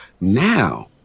Now